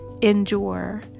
endure